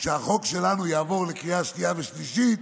וכשהחוק שלנו יעבור בקריאה שנייה ושלישית,